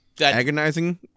Agonizing